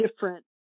different